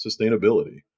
sustainability